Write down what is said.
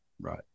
Right